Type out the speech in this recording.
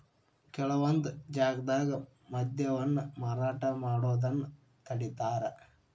ಕೆಲವೊಂದ್ ಜಾಗ್ದಾಗ ಮದ್ಯವನ್ನ ಮಾರಾಟ ಮಾಡೋದನ್ನ ತಡೇತಾರ